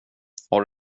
har